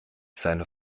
seine